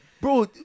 Bro